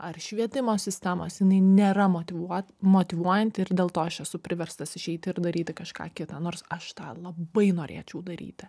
ar švietimo sistemos jinai nėra motyvuo motyvuojanti ir dėl to aš esu priverstas išeiti ir daryti kažką kitą nors aš tą labai norėčiau daryti